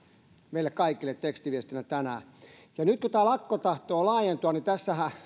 meille kaikille tekstiviestinä tänään nyt kun tämä lakko tahtoo laajentua niin tässähän